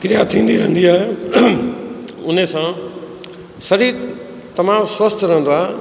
क्रिया थींदी रहंदी आहे उनसां शरीर तमामु स्वस्थ रहंदो आहे